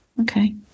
Okay